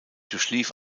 durchlief